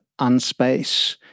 unspace